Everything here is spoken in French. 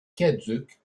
caduques